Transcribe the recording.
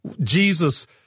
Jesus